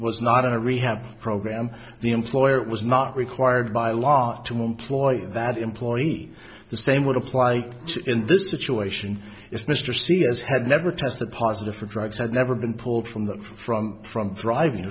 was not a rehab program the employer was not required by law to employ that employee the same would apply in this situation if mr sears had never tested positive for drugs had never been pulled from the front from driving